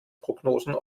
prognosen